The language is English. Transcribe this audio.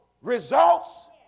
results